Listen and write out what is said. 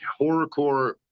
horrorcore